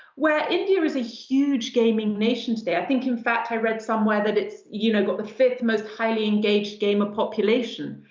where india is a huge gaming nation today. i think in fact i read somewhere that it's you know got the fifth most highly engaged gamer population.